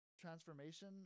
transformation